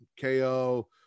KO